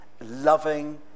loving